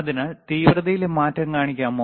അതിനാൽ തീവ്രതയിലെ മാറ്റം കാണിക്കാമോ